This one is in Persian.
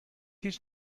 هیچ